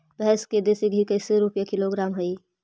भैंस के देसी घी कैसे रूपये किलोग्राम हई?